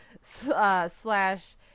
slash